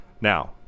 Now